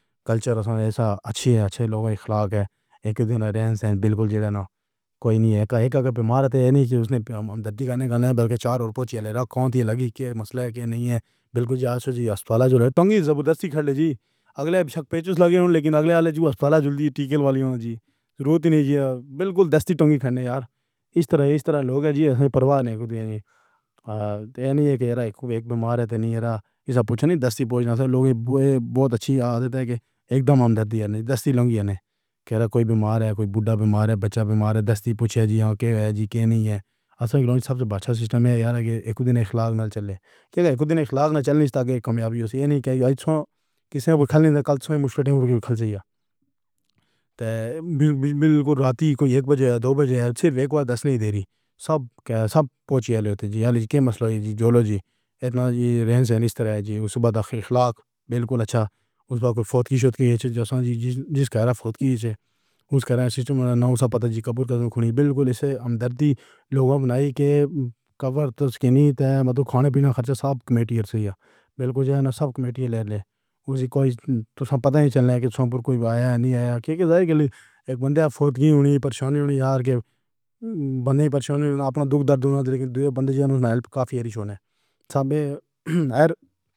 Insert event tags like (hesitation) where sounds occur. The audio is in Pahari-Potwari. (hesitation) کلچر ایسا اچھّا ہے، اچھّے لوگاں دی خلاف ہے۔ اک دن رین سے بلکل جیلا نہ کوئی نیں۔ اکاگر بیمار تھے نہ کہ اُس نے دادی دا نام بلکہ چار تے چھ لیگ۔ کون لگی؟ دے مسلے دے نیں۔ بلکل جی، اَج تو جی اسپتال جو تُمّی جبراً کھڑے جی اگلے پیج توں لگے ہوں پر اگلے والے جو اسپتال جلدی ٹِکݨ والے ہو۔ جی ضرورت نیں بلکل دس تنگی کھن یار، ایں طرح ایں طرح لوک جی پروار نیں ہوندے جی تو ایہ نہ کہ اک بیمار ہے تو نیں ہے نہ کہ پُچھو نہ دس پوائنٹس لوک۔ بہت اچھّی عادت ہے کہ اکدم ہم درد ہے نیں، دس لوں گی ہے نہ کوئی بیمار ہے، کوئی بُڈھّا بیمار ہے، بچّہ بیمار ہے۔ دس پُچھئے جی آؤ کیا ہے جی دے نیں ہے۔ سارے لوک سبھ توں اچھّا سسٹم ہے یار دا۔ اک دن اختیار چلے۔ دیکھو دن اختیار وچ چلݨ تک اک کامیابی ہوویگی۔ کِسے ہور کوں نیں۔ تو کل توں مشکل ہویا کیوں؟ چاہیے تو بلکل راتی کوں اک بجے یا دو بجے صرف اک واری دس وچ دیری سب دے سب پُجّھ جاں تو جی دا مسلہ جی جولو جی، ایݨا جی رہݨ سے نیں طرح جی اُس وخت اخلاق بلکل اچھّا۔ اُس وخت کوئی فوٹو دی شوٹنگ جیئں جس دا رہا فوٹو دی جاے اُس دا سسٹم نہ ہو سکیا۔ پتا جی قبر کھولی بلکل توں ہمدردی لوکاں نے کہ کور تو نیں تھے مطلب کھانے پینے دا خرچہ سب کمیٹی ہے بلکل سب کمیٹی لے لے اُسی کوں تو پتا ای چلّیا کہ سمندر کوئی آیا نیں آیا کہ گلی۔ اک بندہ فوٹو دی ہوݨی پریشانی ہووے یا پھر بندے ای پریشان ہووݨ۔ اپݨا دکھ درد بندی ہووݨ ہیلپ کافی ہووݨ۔ صاحب